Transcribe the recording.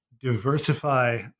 diversify